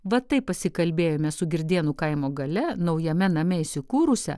va taip pasikalbėjome su girdėnų kaimo gale naujame name įsikūrusia